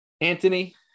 Anthony